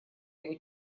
его